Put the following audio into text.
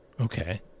okay